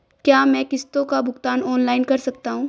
क्या मैं किश्तों का भुगतान ऑनलाइन कर सकता हूँ?